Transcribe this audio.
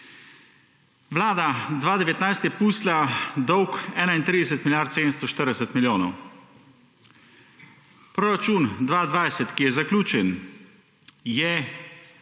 Vlada 2019 je pustila dolg 31 milijard 740 milijonov. Proračun 2020, ki je zaključen je